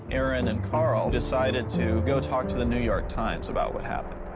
aaron and carl decided to go talk to the new york times about what happened.